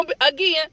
Again